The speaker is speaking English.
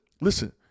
listen